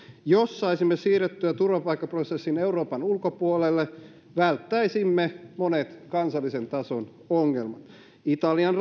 jos saisimme siirrettyä turvapaikkaprosessin euroopan ulkopuolelle välttäisimme monet kansallisen tason ongelmat italian